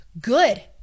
good